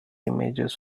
images